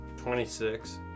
26